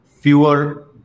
fewer